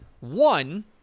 One